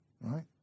right